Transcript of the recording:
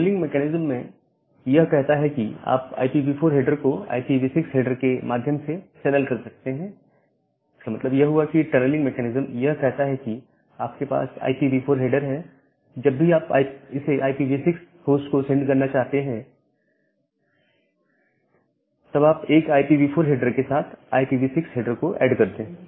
tunnelling mechanism यह कहता है कि आप IPv4 हेडर को IPv6 हेडर के माध्यम से टनल कर सकते हैं इसका मतलब यह हुआ कि टनलिंग मैकेनिज्म यह कहता है कि आपके पास IPv4 हेडर है और जब भी आप इसे IPv6 होस्ट को सेंड करना चाहते हैं तब आप एक IPv4 हेडर के साथ IPv6 हेडर को ऐड कर दें